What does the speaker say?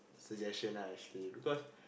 suggestion ah actually because